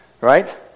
right